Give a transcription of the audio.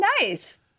nice